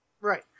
Right